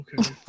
Okay